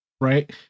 right